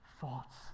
thoughts